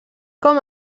com